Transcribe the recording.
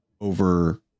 over